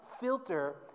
filter